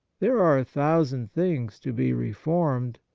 there are a thousand things to be reformed,